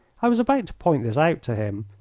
i was about to point this out to him,